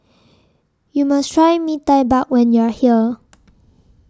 YOU must Try Bee Tai Mak when YOU Are here